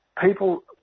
people